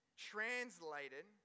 translated